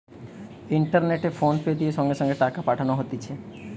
ইন্টারনেটে ফোনপে দিয়ে সঙ্গে সঙ্গে টাকা পাঠানো হতিছে